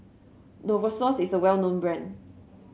Novosource is a well known brand